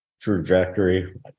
trajectory